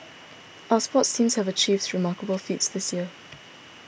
our sports teams have achieved remarkable feats this year